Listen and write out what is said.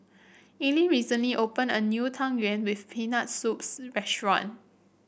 Ellyn recently opened a new Tang Yuen with Peanut Soups restaurant